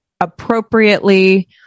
appropriately